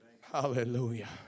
Hallelujah